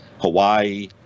Hawaii